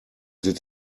did